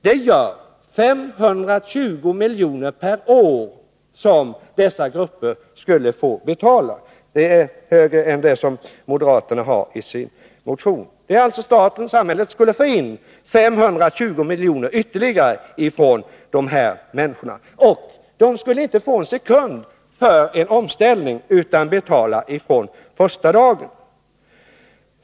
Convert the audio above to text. Det betyder att dessa grupper skulle få betala 520 miljoner per år. Det är en högre summa än den moderaterna har i sin motion. Samhället skulle alltså få in 520 miljoner ytterligare från dessa människor, och de skulle inte få en sekund på sig för omställningen utan måste betala från första dagen.